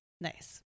Nice